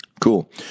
Cool